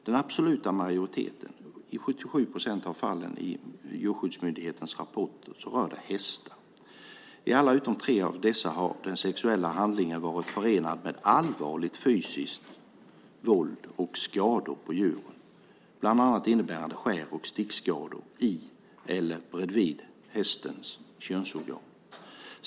Den absoluta majoriteten, 77 procent av fallen, i Djurskyddsmyndighetens rapport rör hästar. I alla utom tre av dessa har den sexuella handlingen varit förenad med allvarligt fysiskt våld och skador på djur, bland annat innebärande skär och stickskador i eller bredvid hästens könsorgan.